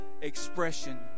expression